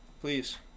please